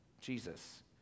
jesus